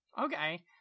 Okay